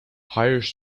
hires